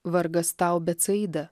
vargas tau betsaida